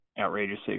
outrageously